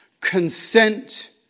Consent